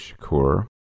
Shakur